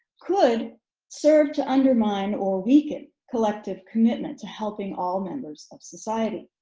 could serve to undermine or weaken collective commitment to helping all members of society.